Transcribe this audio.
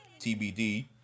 TBD